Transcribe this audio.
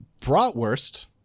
Bratwurst